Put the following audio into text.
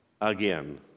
again